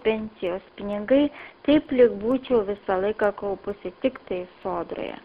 pensijos pinigai taip lyg būčiau visą laiką kopusi tiktai sodroje